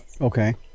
okay